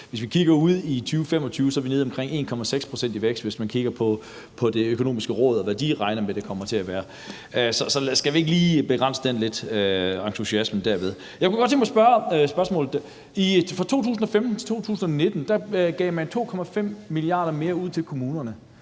hvis vi kigger ud i 2025, er vi nede omkring 1,6 pct. i vækst, hvis vi kigger på Det Økonomiske Råd, og hvad de regner med det kommer til at være. Så skal vi ikke lige begrænse entusiasmen derved lidt? Jeg kunne godt tænke mig at stille et spørgsmål. Fra 2015 til 2019 gav man 2,5 mia. kr. mere ud til kommunerne,